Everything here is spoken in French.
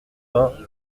vingts